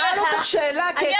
ושכר טרחה א' וב',